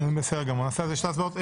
בסדר גמור, נעשה על זה שתי הצבעות.